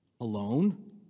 alone